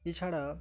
এছাড়া